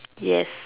yes